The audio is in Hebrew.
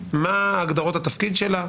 מה הגדרות התפקיד שלה,